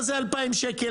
מה זה 2,000 שקל,